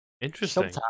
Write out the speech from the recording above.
Interesting